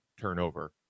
turnover